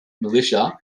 militia